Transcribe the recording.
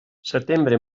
setembre